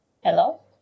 hello